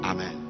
Amen